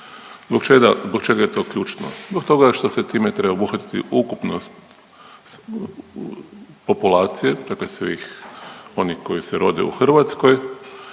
zbog čega je to ključno? Zbog toga što se time treba obuhvatiti ukupnost populacije, dakle svih onih koji se rode u Hrvatskoj